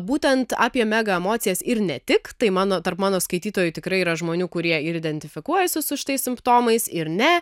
būtent apie mega emocijas ir ne tik tai mano tarp mano skaitytojų tikrai yra žmonių kurie ir identifikuojasi su šitais simptomais ir ne